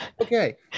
okay